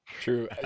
true